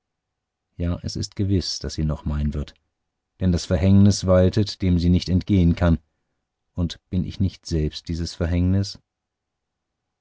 ja es ist gewiß daß sie noch mein wird denn das verhängnis waltet dem sie nicht entgehen kann und bin ich nicht selbst dieses verhängnis